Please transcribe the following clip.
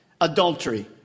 adultery